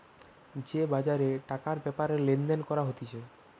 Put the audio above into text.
যে বাজারে টাকার ব্যাপারে লেনদেন করা হতিছে